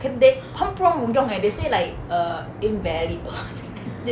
can they 他们不让我们用 leh they say like err invalid pp then then I'm like